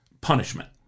punishment